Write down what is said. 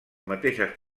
mateixes